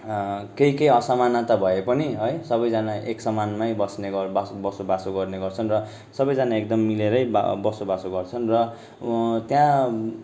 केही केही असमानता भए पनि है सबैजना एकसमानमै बस्ने गर बसो बसोबासो गर्ने गर्छन् र सबैजना एकदम मिलेरै बसोबासो गर्छन् र त्यहाँ